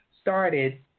started